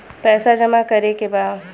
पैसा जमा करे के बा?